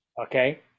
okay